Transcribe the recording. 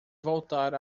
voltar